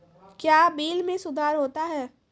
क्या बिल मे सुधार होता हैं?